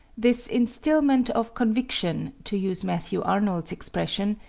this instilment of conviction, to use matthew arnold's expression,